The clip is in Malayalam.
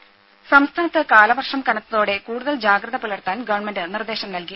രുമ സംസ്ഥാനത്ത് കാലവർഷം കനത്തോടെ കൂടുതൽ ജാഗ്രത പുലർത്താൻ ഗവൺമെന്റ് നിർദ്ദേശം നൽകി